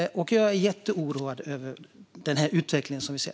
Jag är jätteoroad över den utveckling vi ser.